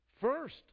First